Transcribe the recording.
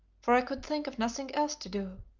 for i could think of nothing else to do.